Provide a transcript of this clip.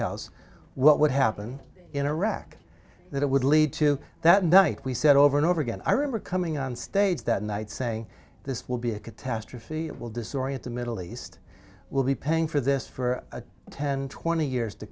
house what would happen in iraq that it would lead to that night we said over and over again i remember coming on stage that night saying this will be a catastrophe it will disorient the middle east will be paying for this for ten twenty years to